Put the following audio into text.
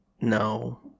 no